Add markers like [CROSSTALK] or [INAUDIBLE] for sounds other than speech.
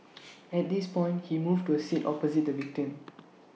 [NOISE] at this point he moved to A seat opposite the victim